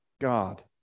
God